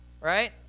right